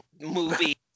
movie